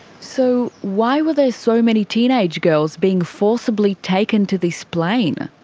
so why were there so many teenage girls being forcibly taken to this plane?